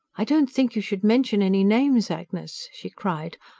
i don't think you should mention any names, agnes, she cried.